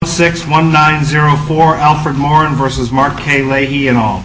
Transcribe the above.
six one nine zero four alfred martin versus mark a lady in all